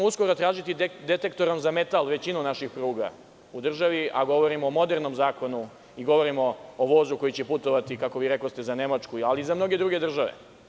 Uskoro ćemo tražiti detektorom za metal većinu naših pruga u državi, a govorim o modernom zakonu i govorimo o vozu koji će putovati, kako vi rekoste, za Nemačku, ali i za mnoge druge države.